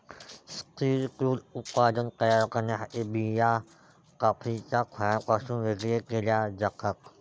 स्थिर क्रूड उत्पादन तयार करण्यासाठी बिया कॉफीच्या फळापासून वेगळे केल्या जातात